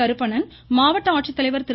கருப்பணன் மாவட்ட ஆட்சித்தலைவர் திரு